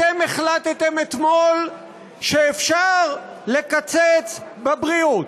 אתם החלטתם אתמול שאפשר לקצץ בבריאות.